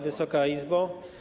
Wysoka Izbo!